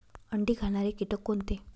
अंडी घालणारे किटक कोणते?